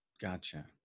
Gotcha